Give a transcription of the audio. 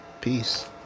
Peace